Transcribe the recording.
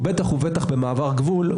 בטח ובטח במעבר גבול,